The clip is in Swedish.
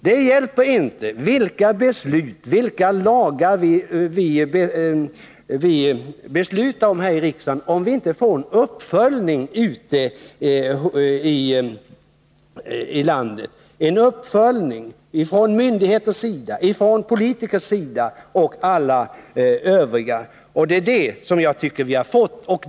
Det hjälper inte vilka lagar vi beslutar om här i riksdagen, om vi inte får en uppföljning ute i landet, en uppföljning från myndigheter, från politiker, från alla övriga. Det är detta som jag tycker att vi har fått.